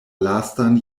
lastan